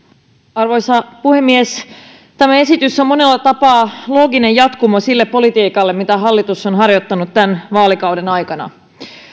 arvoisa puhemies tämä esitys on monella tapaa looginen jatkumo sille politiikalle mitä hallitus on harjoittanut tämän vaalikauden aikana